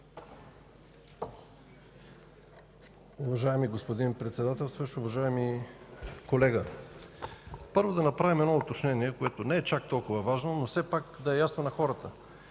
Уважаеми господин Председател, уважаеми колега! Първо, да направим едно уточнение, което не е чак толкова важно, но все пак да е ясно на хората.